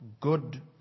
good